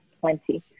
plenty